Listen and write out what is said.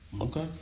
Okay